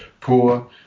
poor